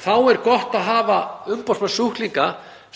Þá er gott að hafa umboðsmann sjúklinga